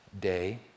day